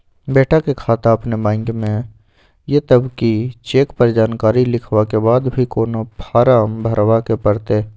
बेटा के खाता अपने बैंक में ये तब की चेक पर जानकारी लिखवा के बाद भी कोनो फारम भरबाक परतै?